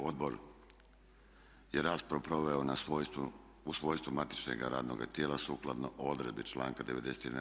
Odbor je raspravu proveo u svojstvu matičnoga radnoga tijela sukladno odredbi članka 91.